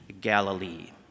Galilee